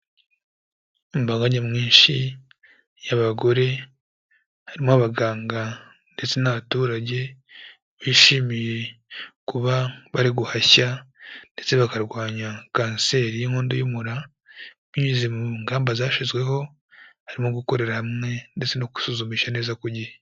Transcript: Imbaga nyamwinshi y'abagore, harimo abaganga ndetse n'abaturage bishimiye kuba bari guhashya ndetse bakarwanya kanseri y'inkondo y'umura, binyuze mu ngamba zashyizweho, harimo gukorera hamwe ndetse no kwisuzumisha neza ku gihe.